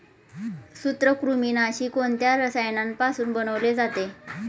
सूत्रकृमिनाशी कोणत्या रसायनापासून बनवले जाते?